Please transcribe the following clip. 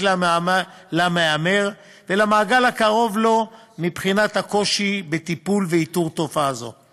למהמר ולמעגל הקרוב לו ומבחינת הקושי בטיפול בתופעה זו ובאיתורה.